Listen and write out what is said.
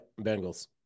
Bengals